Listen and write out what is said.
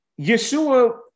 yeshua